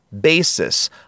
basis